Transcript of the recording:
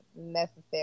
necessary